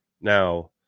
Now